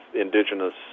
indigenous